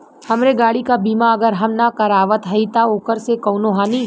हमरे गाड़ी क बीमा अगर हम ना करावत हई त ओकर से कवनों हानि?